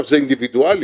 זה אינדיבידואלי,